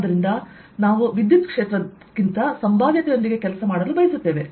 ಆದ್ದರಿಂದ ನಾವು ವಿದ್ಯುತ್ಕ್ಷೇತ್ರಕ್ಕಿಂತ ಸಂಭಾವ್ಯತೆಯೊಂದಿಗೆ ಕೆಲಸ ಮಾಡಲು ಬಯಸುತ್ತೇವೆ